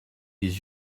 des